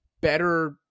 better